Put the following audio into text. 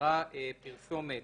שבהגדרה "פרסומת"